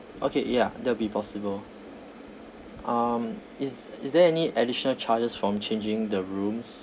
okay ya that'll be possible um is is there any additional charges from changing the rooms